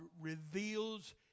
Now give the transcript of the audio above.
reveals